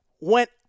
went